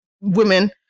women